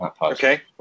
okay